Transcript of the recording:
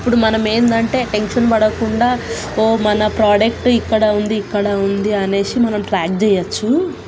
అప్పుడు మనము ఏంటంటే టెన్షన్ పడకుండా ఓ మన ప్రోడక్ట్ ఇక్కడ ఉంది ఇక్కడ ఉంది అనేసి మనం ట్రాక్ చేయవచ్చు